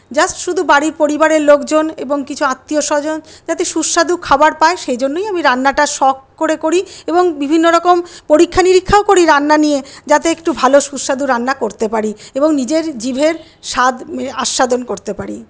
just শুধু বাড়ি পরিবারের লোকজন এবং কিছু আত্মীয়স্বজন যাতে সুস্বাদু খাবার পায় সেই জন্যই আমি রান্নাটা শখ করে করি এবং বিভিন্ন রকম পরীক্ষা নিরীক্ষাও করি রান্না নিয়ে যাতে একটু ভালো সুস্বাদু রান্না করতে পারি এবং নিজের জিভের স্বাদ আস্বাদন করতে পারি